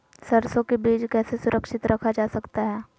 सरसो के बीज कैसे सुरक्षित रखा जा सकता है?